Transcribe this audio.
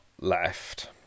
left